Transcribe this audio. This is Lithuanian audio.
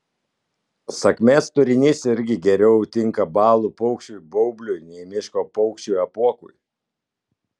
sakmės turinys irgi geriau tinka balų paukščiui baubliui nei miško paukščiui apuokui